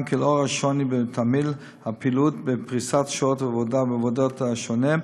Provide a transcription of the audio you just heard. כי לנוכח השוני בתמהיל הפעילות ובפריסת שעות העבודה והעבודה השונה,